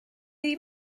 ddim